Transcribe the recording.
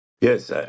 Yes